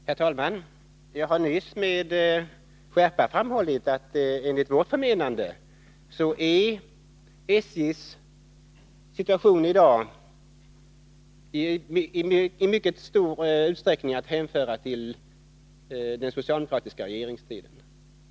Herr talman! Jag har nyss med skärpa framhållit att SJ:s situation i dag enligt vårt förmenande i mycket stor utsträckning är att hänföra till den socialdemokratiska regeringstiden.